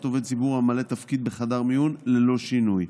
עובד ציבור הממלא תפקיד בחדר מיון ללא שינוי,